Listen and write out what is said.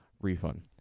refund